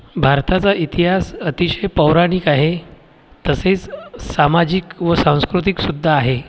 भारताचा इतिहास अतिशय पौराणिक आहे तसेच सामाजिक व सांस्कृतिक सुद्धा आहे